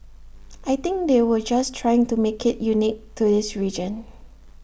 I think they were just trying to make IT unique to his region